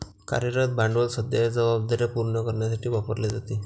कार्यरत भांडवल सध्याच्या जबाबदार्या पूर्ण करण्यासाठी वापरले जाते